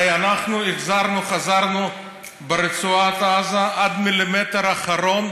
הרי אנחנו חזרנו ברצועת עזה עד המילימטר האחרון,